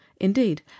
indeed